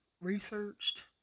researched